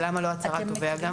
למה לא גם הצהרת תובע?